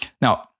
Now